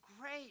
great